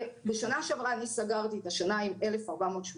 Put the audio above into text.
אם ברשותך אפשר להתחיל עם רקפת?